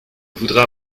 voudrais